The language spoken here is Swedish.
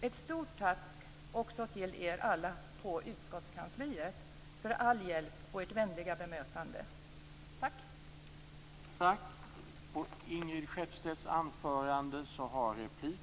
Ett stort tack också till er alla på utskottskansliet för all hjälp och ert vänliga bemötande. Tack!